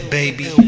baby